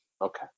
Okay